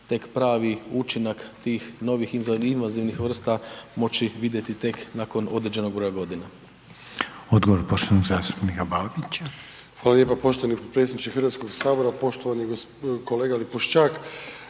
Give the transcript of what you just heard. tek pravi učinak tih novih invazivnih vrsta moći vidjeti tek nakon određenog broja godina. **Reiner, Željko (HDZ)** Odgovor poštovanog zastupnika Babića. **Babić, Ante (HDZ)** Hvala lijepa potpredsjedniče Hrvatskog sabora. Poštovani kolega Lipošćak,